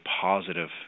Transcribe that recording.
positive